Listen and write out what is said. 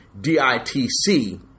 D-I-T-C